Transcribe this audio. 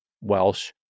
Welsh